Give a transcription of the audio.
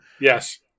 Yes